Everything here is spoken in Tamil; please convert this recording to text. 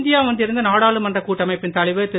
இந்தியா வந்திருந்த நாடாளுமன்ற கூட்டமைப்பின் தலைவர் திரு